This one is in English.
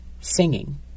singing